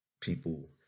people